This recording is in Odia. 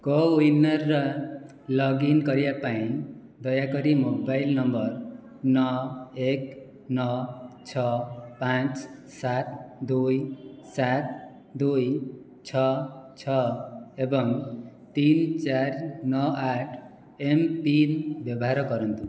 କୋୱିନରେ ଲଗ୍ ଇନ୍ କରିବା ପାଇଁ ଦୟାକରି ମୋବାଇଲ ନମ୍ବର ନଅ ଏକ ନଅ ଛଅ ପାଞ୍ଚ ସାତ ଦୁଇ ସାତ ଦୁଇ ଛଅ ଛଅ ଏବଂ ତିନି ଚାରି ନଅ ଆଠ ଏମ୍ ପିନ୍ ବ୍ୟବହାର କରନ୍ତୁ